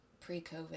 pre-COVID